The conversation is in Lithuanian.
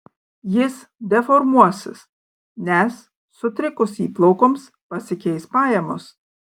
jis deformuosis nes sutrikus įplaukoms pasikeis pajamos